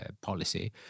policy